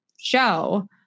show